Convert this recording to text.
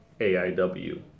AIW